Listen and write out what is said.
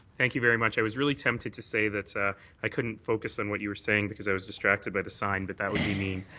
thank you very much. i was really tempted to say that ah i couldn't focus on what you were saying because i was distracted by the sign but that would be mean.